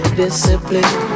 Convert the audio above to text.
discipline